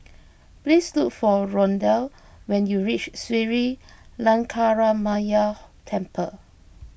please look for Rondal when you reach Sri Lankaramaya Temple